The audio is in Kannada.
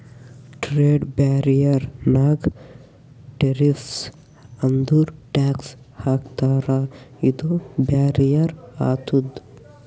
ಟ್ರೇಡ್ ಬ್ಯಾರಿಯರ್ ನಾಗ್ ಟೆರಿಫ್ಸ್ ಅಂದುರ್ ಟ್ಯಾಕ್ಸ್ ಹಾಕ್ತಾರ ಇದು ಬ್ಯಾರಿಯರ್ ಆತುದ್